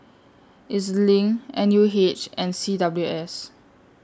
E Z LINK N U H and C W S